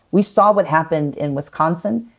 we saw what happened in wisconsin,